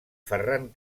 ferran